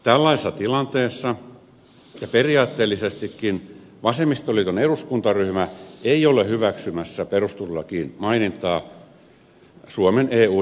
tällaisessa tilanteessa ja periaatteellisestikin vasemmistoliiton eduskuntaryhmä ei ole hyväksymässä perustuslakiin mainintaa suomen eu jäsenyydestä